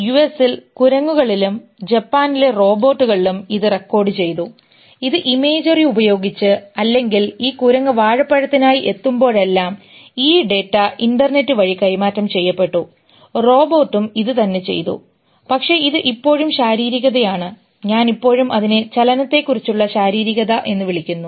യുഎസിൽ കുരങ്ങുകളിലും ജപ്പാനിലെ റോബോട്ടുകളിലും ഇത് റെക്കോർഡുചെയ്തു ഇത് ഇമേജറി ഉപയോഗിച്ച് അല്ലെങ്കിൽ ഈ കുരങ്ങ് വാഴപ്പഴത്തിനായി എത്തുമ്പോഴെല്ലാം ഈ ഡാറ്റ ഇൻറർനെറ്റ് വഴി കൈമാറ്റം ചെയ്യപ്പെട്ടു റോബോട്ടും ഇതുതന്നെ ചെയ്തു പക്ഷേ ഇത് ഇപ്പോഴും ശാരീരികതയാണ് ഞാൻ ഇപ്പോഴും അതിനെ ചലനത്തെക്കുറിച്ചുള്ള ശാരീരികത എന്ന് വിളിക്കുന്നു